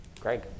greg